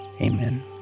Amen